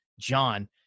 john